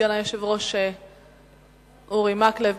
סגן היושב-ראש אורי מקלב,